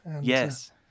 Yes